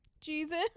Jesus